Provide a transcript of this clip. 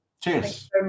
Cheers